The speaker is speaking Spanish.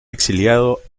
exiliado